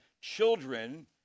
children